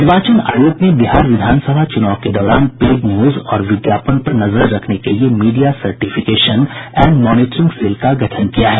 निर्वाचन आयोग ने बिहार विधानसभा चूनाव के दौरान पेड न्यूज और विज्ञापन पर नजर रखने के लिए media certification and monitoring cell का गठन किया है